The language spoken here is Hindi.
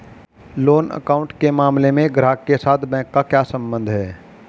लोन अकाउंट के मामले में ग्राहक के साथ बैंक का क्या संबंध है?